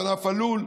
את ענף הלול,